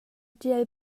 ṭial